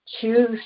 Choose